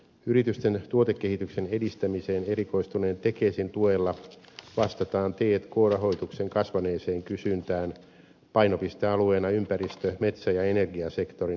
yritysten tuotekehityksen edistämiseen erikoistuneen tekesin tuella vastataan t k rahoituksen kasvaneeseen kysyntään painopistealueena ympäristö sekä metsä ja energiasektorin innovaatiotoiminta